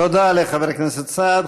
תודה לחבר הכנסת סעד.